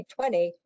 2020